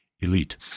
elite